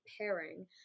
pairing